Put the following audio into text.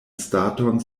staton